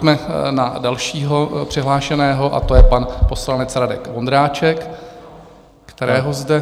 Pojďme na dalšího přihlášeného, a to je pan poslanec Radek Vondráček, kterého zde...